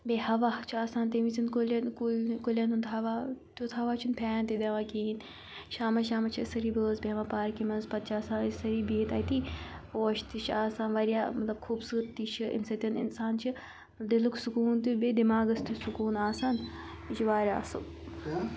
بیٚیہِ ہوا چھُ آسان تمہِ وِزِن کُلٮ۪ن کُلٮ۪ن کُلٮ۪ن ہُنٛد ہوا تیُتھ ہوا چھُنہٕ پھین تہِ دِوان کِہیٖنۍ شامَس شامَس چھِ أسۍ سٲری بٲژ بیٚہوان پارکہِ منٛز پَتہٕ چھِ آسان أسۍ سٲری بِہِتھ اَتی پوش تہِ چھِ آسان واریاہ مطلب خوٗبصوٗرتی چھِ امہِ سۭتۍ اِنسان چھِ دِلُک سکوٗن تہِ بیٚیہِ دٮ۪ماغَس تہِ سکوٗن آسان یہِ چھِ واریاہ اَصٕل